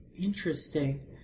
interesting